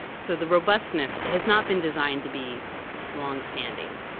so the robustness has not been designed to be longstanding.